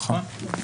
נכון.